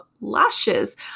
lashes